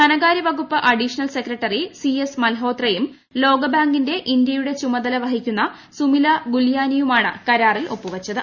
ധനകാര്യവകുപ്പ് additional secretary C S മൽഹോത്രയും ലോകബാങ്കിന്റെ ഇന്ത്യയുടെ ചുമതല വഹിക്കുന്ന സുമില ഗുൽയാനിയുമാണ് കരാറിൽ ഒപ്പുവെച്ചത്